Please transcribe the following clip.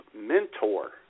mentor